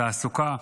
תעסוקה,